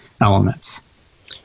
elements